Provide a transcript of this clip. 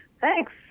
Thanks